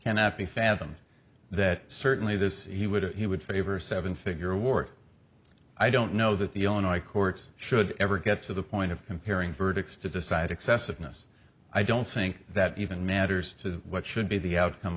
cannot be fathom that certainly this he would he would favor seven figure war i don't know that the owner i courts should ever get to the point of comparing verdicts to decide excessiveness i don't think that even matters to what should be the outcome